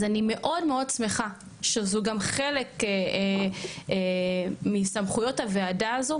אז אני מאוד מאוד שמחה שזה גם חלק מסמכויות הוועדה הזאת,